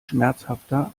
schmerzhafter